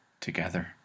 together